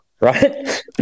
right